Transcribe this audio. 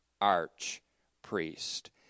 arch-priest